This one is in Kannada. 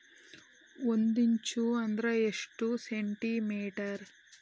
ಒಂದಿಂಚು ಅಂದ್ರ ಎಷ್ಟು ಸೆಂಟಿಮೇಟರ್?